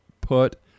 put